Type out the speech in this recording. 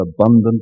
abundant